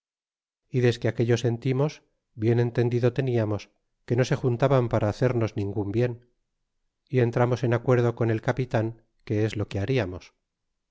y desque aquello sentimos bien entendido teniamos que no se juntaban para hacernos ningua bien bien y entramos en acuerdo con el capitan que es lo que hariamos